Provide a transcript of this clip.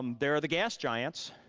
um there are the gas giants,